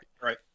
right